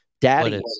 daddy